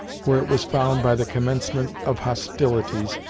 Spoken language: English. where it was found by the commencement of hostilities,